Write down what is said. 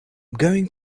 going